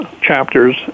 chapters